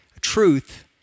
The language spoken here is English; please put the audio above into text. truth